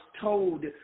told